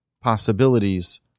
possibilities